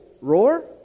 roar